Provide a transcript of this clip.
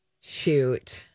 shoot